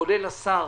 כולל השר,